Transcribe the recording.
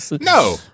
No